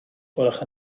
gwelwch